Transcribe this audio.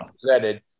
presented